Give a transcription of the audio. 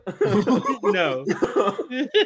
No